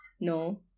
No